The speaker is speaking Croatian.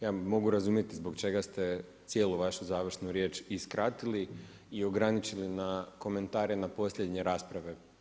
Ja mogu razumjeti zbog čega ste cijelu vašu završnu riječ i skratili i ograničili na komentare na posljednje rasprave.